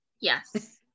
yes